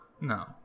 no